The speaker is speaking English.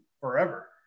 forever